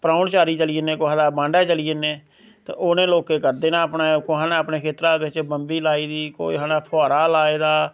परौनचारी चली जन्ने कोहा दे मांडा चली जन्ने ते उनें लोकें करदे नै अपने कोहा ने अपने खेत्तरें बिच बम्बी लाई दी कोहा ने फोहारा लाए दा